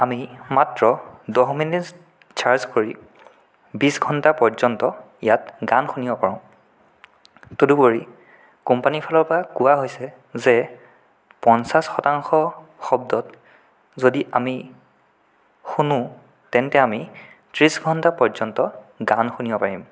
আমি মাত্ৰ দহ মিনিট চাৰ্জ কৰি বিশ ঘণ্টা পৰ্যন্ত ইয়াত গান শুনিব পাৰোঁ তদুপৰি কোম্পানীৰ ফালৰ পৰা কোৱা হৈছে যে পঞ্চাছ শতাংশ শব্দত যদি আমি শুনো তেন্তে আমি ত্ৰিছ ঘণ্টা পৰ্যন্ত গান শুনিব পাৰিম